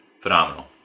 Phenomenal